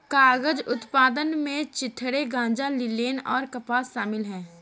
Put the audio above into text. कागज उत्पादन में चिथड़े गांजा लिनेन और कपास शामिल है